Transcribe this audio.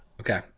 Okay